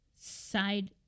side